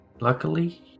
Luckily